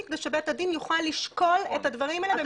כדי שבית הדין יוכל לשקול את הדברים האלה במסגרת הסמכויות שלו.